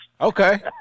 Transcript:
Okay